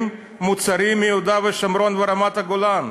מוצרים מיהודה ושומרון ורמת-הגולן.